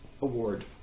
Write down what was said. award